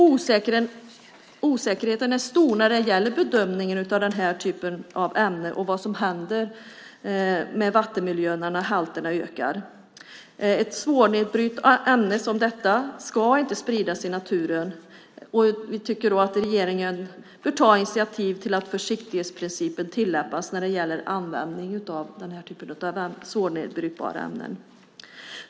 Osäkerheten är stor när det gäller bedömningen av den här typen av ämnen och vad som händer med vattenmiljön när halterna ökar. Ett svårnedbrytbart ämne som sukralos ska inte spridas i naturen. Vi tycker att regeringen bör ta initiativ till att försiktighetsprincipen tillämpas när det gäller användning av den här typen av svårnedbrytbara ämnen.